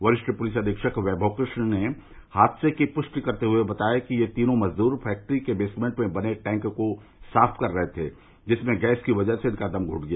वरिष्ठ पुलिस अधीक्षक वैमव कृष्ण ने हादसे की पुष्टि करते हुए बताया कि यह तीनों मजदूर फैक्ट्री के बेसमेन्ट में बने टैंक को साफ कर रहे थे जिसमें गैस की वजह से इनका दम घूट गया